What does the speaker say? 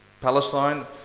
Palestine